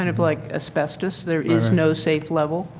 kind of like asbestos. there is no safe level.